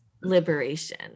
liberation